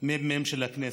לממ"מ של הכנסת,